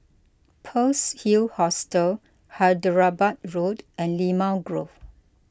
Pearl's Hill Hostel Hyderabad Road and Limau Grove